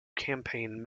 campaign